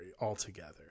altogether